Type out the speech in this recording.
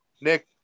Nick